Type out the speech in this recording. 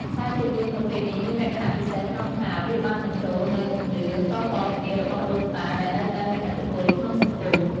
ខ្សែភាពយន្តប្រភេទនេះមានលក្ខណៈពិសេសត្រង់ថាវាបានបញ្ចូលនូវជំនឿតៗគ្នារបស់ដូនតាដែលនៅតែមានឥទ្ធិពលក្នុងសង្គម។